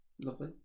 Lovely